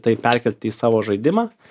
tai perkelt į savo žaidimą